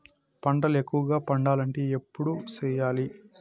పంటల ఎక్కువగా పండాలంటే ఎప్పుడెప్పుడు సేయాలి?